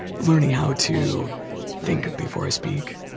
learning how to think before i speak